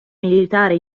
militare